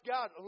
God